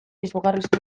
izugarrizko